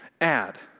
add